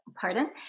pardon